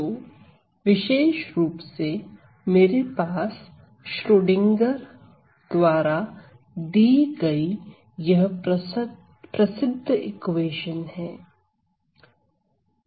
तो विशेष रूप से मेरे पास श्रोडिंगर द्वारा दी गई यह प्रसिद्ध इक्वेशन है